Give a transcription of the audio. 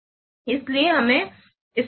इसलिए हमें इससे बचने की कोशिश करनी चाहिए